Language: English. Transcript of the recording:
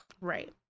right